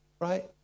right